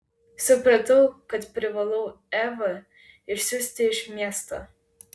supratau kad privalau evą išsiųsti iš miesto